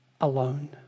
alone